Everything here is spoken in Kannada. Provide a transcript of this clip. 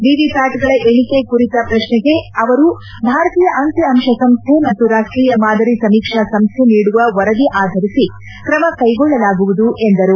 ವಿವಿ ಪ್ಟಾಟ್ಗಳ ಎಣಿಕೆ ಕುರಿತ ಪ್ರಶ್ನೆಗೆ ಅವರು ಭಾರತೀಯ ಅಂಕಿ ಅಂಶ ಸಂಸ್ಟೆ ಮತ್ತು ರಾಷ್ಟೀಯ ಮಾದರಿ ಸಮೀಕ್ಷಾ ಸಂಸ್ಥೆ ನೀಡುವ ವರದಿ ಆಧರಿಸಿ ಕ್ರಮ ಕೈಗೊಳ್ಳಲಾಗುವುದು ಎಂದರು